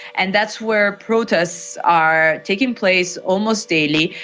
and that's where protests are taking place almost daily,